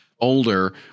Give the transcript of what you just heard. older